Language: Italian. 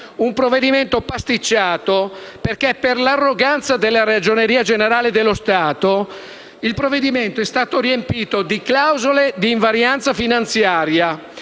un provvedimento pasticciato perché, per l'arroganza della Ragioneria generale dello Stato, è stato riempito di clausole di invarianza finanziaria,